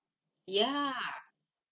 ya